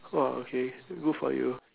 okay good for you